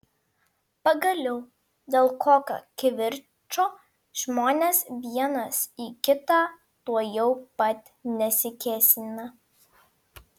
pagaliau dėl kokio kivirčo žmonės vienas į kitą tuojau pat nesikėsina